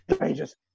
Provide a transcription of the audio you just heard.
pages